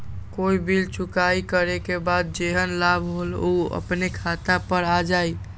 कोई बिल चुकाई करे के बाद जेहन लाभ होल उ अपने खाता पर आ जाई?